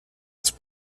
its